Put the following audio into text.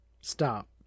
stop